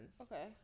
Okay